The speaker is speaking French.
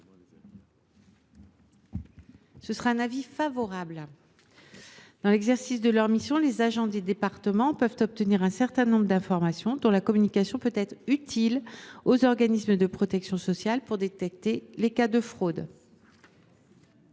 de la commission ? Dans l’exercice de leurs missions, les agents des départements peuvent obtenir un certain nombre d’informations dont la communication peut être utile aux organismes de protection sociale pour détecter les cas de fraude.